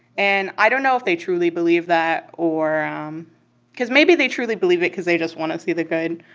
and i don't know if they truly believe that or um because maybe they truly believe it cause they just want to see the good.